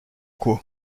quo